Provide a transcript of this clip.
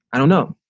i don't know.